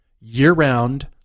year-round